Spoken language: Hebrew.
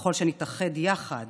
וככל שנתאחד יחד